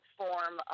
form